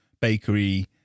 bakery